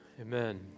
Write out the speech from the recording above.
Amen